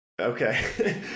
Okay